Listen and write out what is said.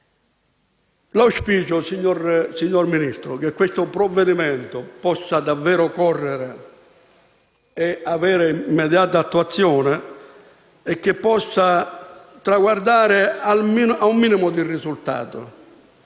controllare. Signor Ministro, spero che questo provvedimento possa davvero correre e avere immediata attuazione e che possa traguardare a un minimo di risultato,